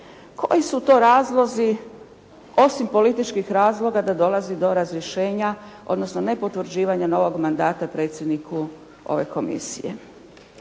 koji su to razlozi osim političkih razloga da dolazi do razrješenja odnosno nepotvrđivanja novog mandata predsjedniku ove Komisije.